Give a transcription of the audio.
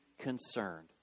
concerned